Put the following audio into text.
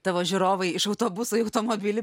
tavo žiūrovai iš autobuso į automobilį